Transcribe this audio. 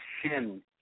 Shin